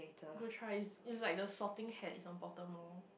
go try it's it's like the sorting hat it's on Pottermore